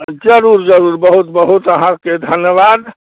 जरूर जरूर बहुत बहुत अहाँके धन्यवाद